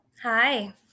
Hi